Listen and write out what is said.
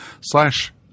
slash